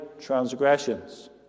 transgressions